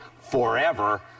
forever